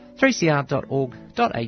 3cr.org.au